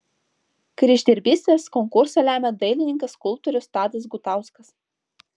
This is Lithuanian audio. kryždirbystės konkursą remia dailininkas skulptorius tadas gutauskas